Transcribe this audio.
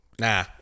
nah